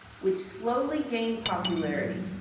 which slowly gained popularity.